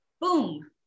boom